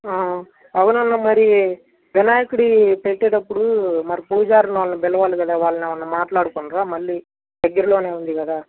అవును అన్నా మరి వినాయకుడి పెట్టేటప్పుడు మరి పూజారులని వాళ్ళని పిలవాలి కదా మరి వాళ్ళు ఏమైనా మాట్లాడుకున్నారా మళ్ళీ దగ్గరలోనే ఉంది కదా